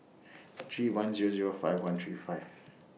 three one Zero Zero five one three five